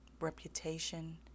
reputation